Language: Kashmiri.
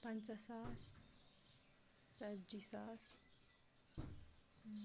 پانٛژاہ ساس ژتجی ساس